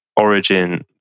origin